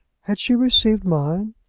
had she received mine?